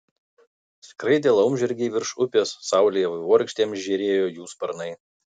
skraidė laumžirgiai virš upės saulėje vaivorykštėm žėrėjo jų sparnai